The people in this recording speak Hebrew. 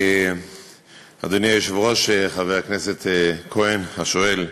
אדוני היושב-ראש, חבר הכנסת כהן השואל,